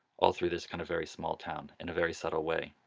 all through this kind of very small town in a very subtle way.